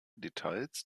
details